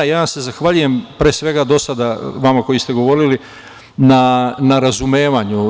Ja se zahvaljujem, pre svega, do sada vama koji ste govorili na razumevanju.